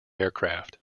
aircraft